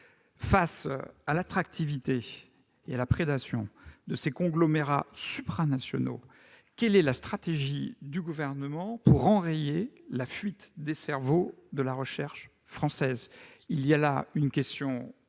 Face à l'attractivité et à la prédation de ces conglomérats supranationaux, quelle est la stratégie du Gouvernement pour enrayer la fuite des cerveaux de la recherche française ?